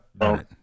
done